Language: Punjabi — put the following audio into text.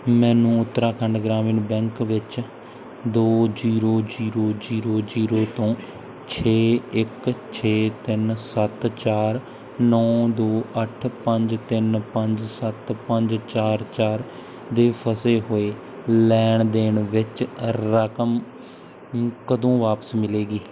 ਮੈਨੂੰ ਉੱਤਰਾਖੰਡ ਗ੍ਰਾਮੀਣ ਬੈਂਕ ਵਿੱਚ ਦੋ ਜੀਰੋ ਜੀਰੋ ਜੀਰੋ ਜੀਰੋ ਤੋਂ ਛੇ ਇੱਕ ਛੇ ਤਿੰਨ ਸੱਤ ਚਾਰ ਨੌਂ ਦੋ ਅੱਠ ਪੰਜ ਤਿੰਨ ਪੰਜ ਸੱਤ ਪੰਜ ਚਾਰ ਚਾਰ ਦੇ ਫਸੇ ਹੋਏ ਲੈਣ ਦੇਣ ਵਿੱਚ ਅ ਰਕਮ ਕਦੋਂ ਵਾਪਸ ਮਿਲੇਗੀ